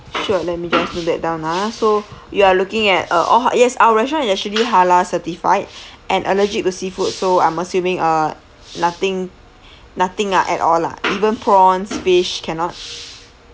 sure let me just note that down ah so you are looking at uh oh yes our restaurant is actually halal certified and allergic to seafood so I'm assuming uh nothing nothing ah at all lah even prawns fish cannot